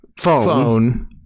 phone